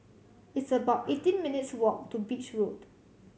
it's about eighteen minutes' walk to Beach Road